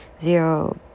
zero